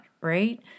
right